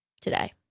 today